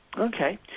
Okay